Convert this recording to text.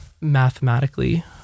mathematically